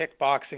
kickboxing